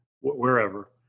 wherever